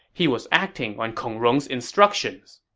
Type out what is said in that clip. he was acting on kong rong's instructions.